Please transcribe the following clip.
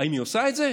האם היא עושה את זה?